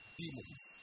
demons